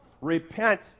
Repent